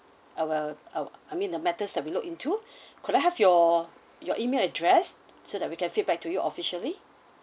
our our I mean the matters that we look into could I have your your email address so that we can feedback to you officially